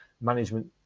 management